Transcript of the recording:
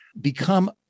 become